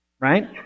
Right